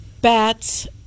bats